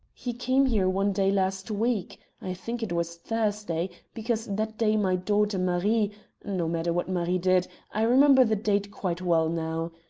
he came here one day last week i think it was thursday, because that day my daughter marie no matter what marie did, i remember the date quite well now.